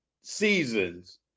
seasons